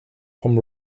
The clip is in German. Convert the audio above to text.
vom